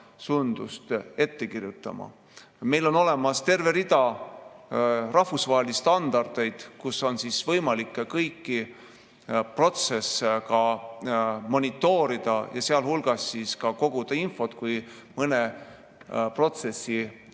sundust ette kirjutama. Meil on olemas terve rida rahvusvahelisi standardeid, mille alusel on võimalik kõiki protsesse monitoorida, sealhulgas koguda infot, kui mõne protsessi